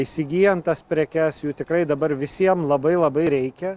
įsigyjant tas prekes jų tikrai dabar visiem labai labai reikia